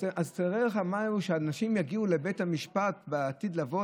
תאר לך מה יהיה כשאנשים יגיעו לבית המשפט בעתיד לבוא,